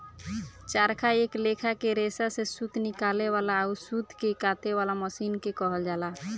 चरखा एक लेखा के रेसा से सूत निकाले वाला अउर सूत के काते वाला मशीन के कहल जाला